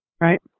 Right